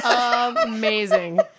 Amazing